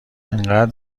انقد